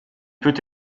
peut